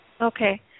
Okay